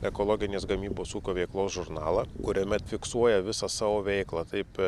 ekologinės gamybos ūkio veiklos žurnalą kuriame fiksuoja visą savo veiklą taip